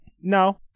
no